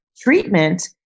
treatment